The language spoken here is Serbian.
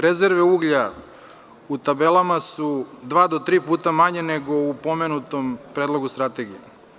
Rezerve uglja u tabelama su dva do tri puta manje nego u pomenutom Predlogu strategije.